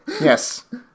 Yes